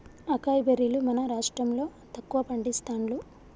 acai బెర్రీలు మన రాష్టం లో తక్కువ పండిస్తాండ్లు